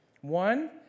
One